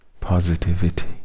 positivity